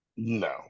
No